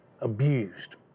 abused